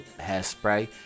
hairspray